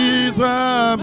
Jesus